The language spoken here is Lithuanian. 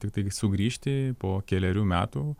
tiktai sugrįžti po kelerių metų